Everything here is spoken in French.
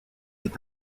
est